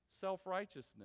self-righteousness